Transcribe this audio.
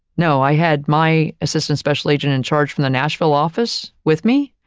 no, i had my assistant special agent in charge from the nashville office with me.